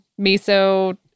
miso